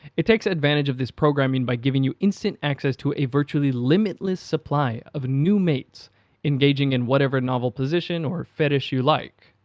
it takes advantage of this programming by giving you instant access to a virtually limitless supply of new mates engaging in whatever novel position or fetish you like.